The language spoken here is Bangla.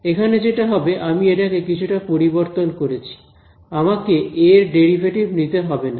এখানে যেটা হবে আমি এটাকে কিছুটা পরিবর্তন করেছি আমাকে এর ডেরিভেটিভ নিতে হবে না